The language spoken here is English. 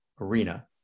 arena